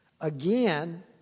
Again